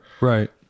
Right